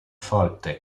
forte